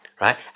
right